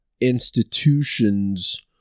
Institutions